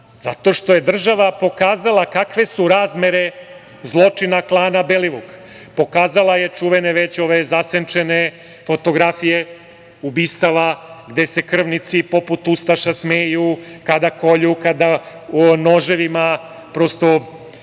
zato što je država pokazala kakve su razmere zločina klana Belivuk, pokazala je čuvene već ove zasenčene fotografije ubistava, gde se krvnici poput ustaša smeju, kada kolju, kada noževima prosto